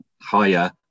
higher